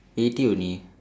eighty only